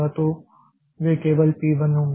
तो वे केवल पी 1 होंगे